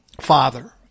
father